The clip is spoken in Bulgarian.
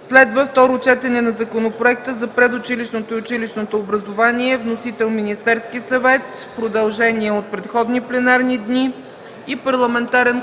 Следва Второ четене на Законопроекта за предучилищното и училищното образование. Вносител – Министерският съвет. Продължение от предходни пленарни дни. И Парламентарен